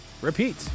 repeat